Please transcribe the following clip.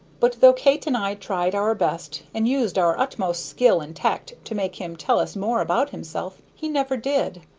but though kate and i tried our best and used our utmost skill and tact to make him tell us more about himself, he never did.